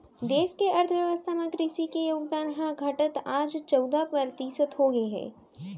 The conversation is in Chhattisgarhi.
देस के अर्थ बेवस्था म कृसि के योगदान ह घटत आज चउदा परतिसत हो गए हे